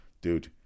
Dude